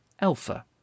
ALPHA